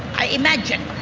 i imagine.